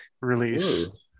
release